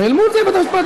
ואל מול זה בית המשפט,